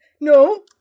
No